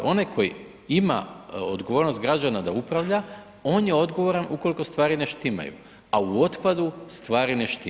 Onaj koji ima odgovornost građana da upravlja, on je odgovoran ukoliko stvari ne štimaju a u otpadu stvari ne štimaju.